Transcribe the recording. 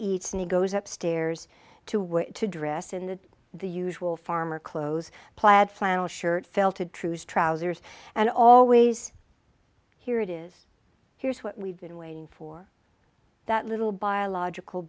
eats and he goes upstairs to where to dress in that the usual farmer clothes plaid flannel shirt felted trues trousers and always here it is here's what we've been waiting for that little biological